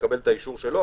לקבל את האישור שלו.